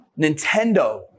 Nintendo